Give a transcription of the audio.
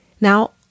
Now